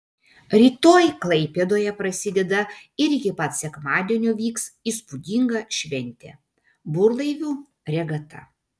rytoj klaipėdoje prasideda ir iki pat sekmadienio vyks įspūdinga šventė burlaivių regata